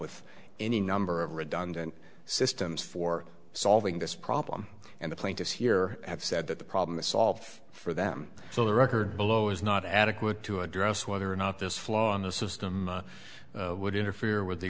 with any number of redundant systems for solving this problem and the plaintiffs here have said that the problem is solved for them so the record below is not adequate to address whether or not this flaw in the system would interfere with the